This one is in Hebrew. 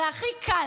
הרי הכי קל,